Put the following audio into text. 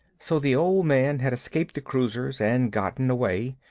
so the old man had escaped the cruisers and gotten away.